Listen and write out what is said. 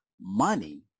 money